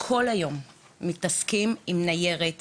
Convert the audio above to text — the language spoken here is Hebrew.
מוצאים את עצמינו במשך יום שלם, מתעסקים עם טפסים,